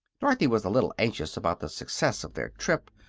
dorothy was a little anxious about the success of their trip,